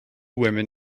women